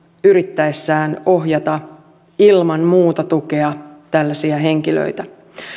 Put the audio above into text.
yrittäessään ohjata ilman muuta tukea tällaisia henkilöitä